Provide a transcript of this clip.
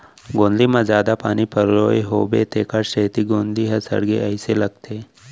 गोंदली म जादा पानी पलोए होबो तेकर सेती गोंदली ह सड़गे अइसे लगथे